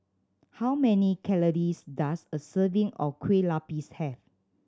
how many calories does a serving of kue lupis have